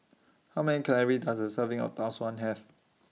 How Many Calories Does A Serving of Tau Suan Have